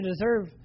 deserve